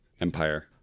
Empire